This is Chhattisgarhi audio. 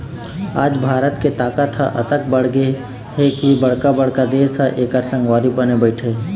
आज भारत के ताकत ह अतेक बाढ़गे हे के बड़का बड़का देश ह एखर संगवारी बने बइठे हे